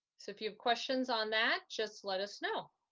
so if you have questions on that, just let us know.